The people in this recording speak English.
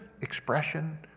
expression